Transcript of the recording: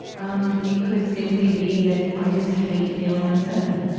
um, it could simply be that i just hate feeling uncertain,